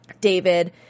David